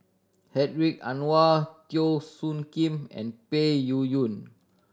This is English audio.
Hedwig Anuar Teo Soon Kim and Peng Yuyun